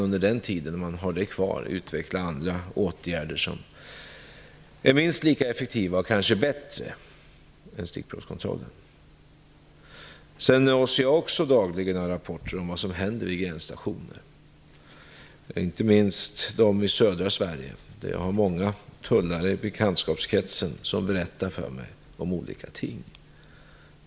Under den tid man har den kvar kan man utveckla andra åtgärder som är minst lika effektiva och kanske bättre är stickprovskontrollen. Jag läser dagligen rapporter om vad som händer vid gränsstationer, inte minst de i södra Sverige. Jag har många tullare i bekantskapskretsen som berättar för mig om olika ting.